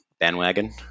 Bandwagon